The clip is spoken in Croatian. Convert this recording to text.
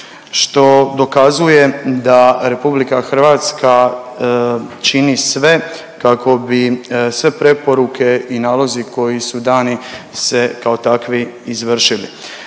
što dokazuje da RH čini sve kako bi sve preporuke i nalozi koji su dani se kao takvi izvršili.